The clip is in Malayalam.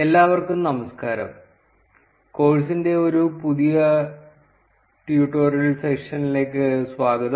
എല്ലാവർക്കും നമസ്കാരം കോഴ്സിൻറ്റെ ഒരു പുതിയ ട്യൂട്ടോറിയൽ സെഷനിലേക്ക് സ്വാഗതം